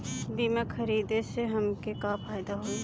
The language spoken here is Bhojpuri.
बीमा खरीदे से हमके का फायदा होई?